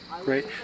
Great